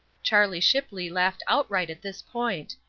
charlie shipley laughed outright at this point.